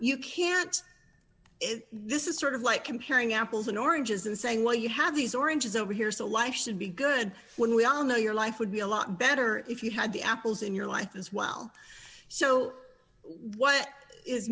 you can't is this is sort of like comparing apples and oranges and saying well you have these oranges over here is a lie should be good when we all know your life would be a lot better if you had the apples in your life as well so what is